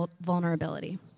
vulnerability